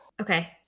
Okay